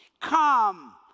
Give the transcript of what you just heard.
Come